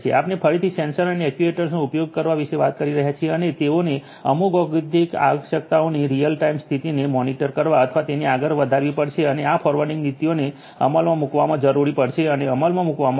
આપણે ફરીથી સેન્સર અને એક્ટ્યુએટર્સનો ઉપયોગ કરવા વિશે વાત કરી રહ્યા છીએ અને તેઓને અમુક ઔદ્યોગિક આવશ્યકતાઓની રીઅલ ટાઇમ સ્થિતિને મોનિટર કરવા અથવા તેને આગળ વધારવી પડશે અને આ ફોરવર્ડિંગ નીતિઓને અમલમાં મૂકવામાં જરૂર પડશે અને અમલમાં મૂકવામાં આવશે